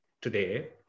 today